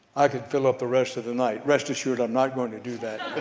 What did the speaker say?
i could fill up the rest of the night. rest assured i'm not going to do that.